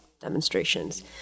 demonstrations